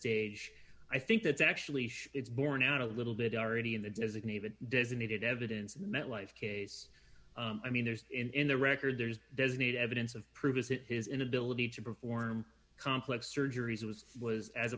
stage i think that's actually sure it's borne out a little bit already in the designated designated evidence metlife case i mean there's in the record there's designated evidence of prove is it his inability to perform complex surgeries was was as